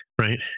right